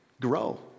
grow